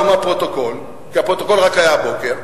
לא בפרוטוקול כי הפרוטוקול היה רק הבוקר,